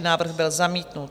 Návrh byl zamítnut.